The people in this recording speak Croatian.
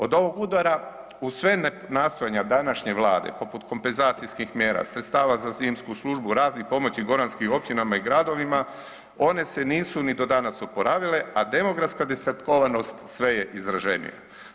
Od ovog udara uz sva nastojanja današnje vlade poput kompenzacijskih mjera, sredstava za zimsku službu, raznih pomoći goranskim općinama i gradovima, one se nisu ni do danas oporavila, a demografska desetkovanost sve je izraženija.